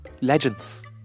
Legends